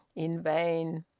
in vain!